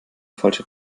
falsche